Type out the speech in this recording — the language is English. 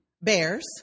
bears